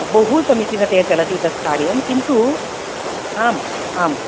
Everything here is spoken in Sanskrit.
बहु समीचिनतया चलति तत्कार्यं किन्तु आम् आम्